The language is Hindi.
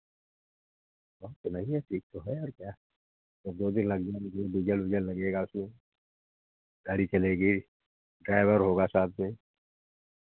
बहुत तो नहीं है ठीक तो है और क्या ताे दो दिन लगेंगे फिर डीज़ल ऊज़ल लगेगा उसमें गाड़ी चलेगी ड्राइवर होगा साथ में